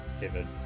David